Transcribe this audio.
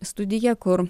studiją kur